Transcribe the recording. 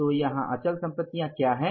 तो यहां अचल संपत्तियां क्या हैं